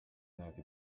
imyaka